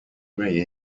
ganhei